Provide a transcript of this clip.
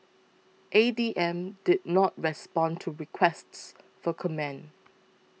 A D M did not respond to requests for comment